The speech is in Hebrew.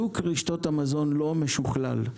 שוק רשתות המזון לא משוכלל,